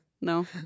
no